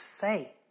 say